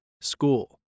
school